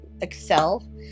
excel